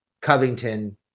Covington